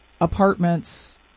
apartments